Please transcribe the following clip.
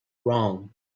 wrong